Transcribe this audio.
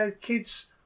kids